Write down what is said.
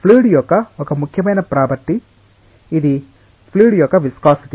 fluid యొక్క ఒక ముఖ్యమైన ప్రాపర్టీ ఇది ఫ్లూయిడ్ యొక్క విస్కోసిటీ